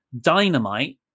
Dynamite